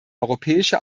europäische